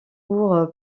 pour